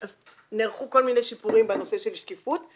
נערכו כל מיני שיפורים בנושא של שקיפות.